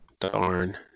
Darn